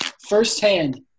firsthand